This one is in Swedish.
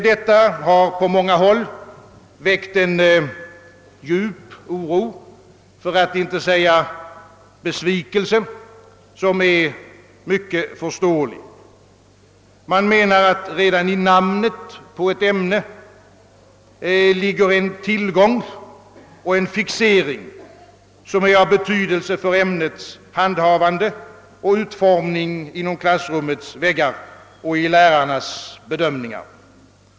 Detta har på många håll väckt en djup oro för att inte säga besvikelse, något som är mycket förståeligt. Man menar, att det redan i namnet på ämnet ligger en tillgång och en fixering som är av betydelse för ämnets handhavande och utformning inom klassrummets väggar och i lärarnas bedömningar.